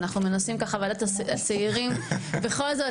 אנחנו מנסים ככה וועדת הצעירים בכל זאת,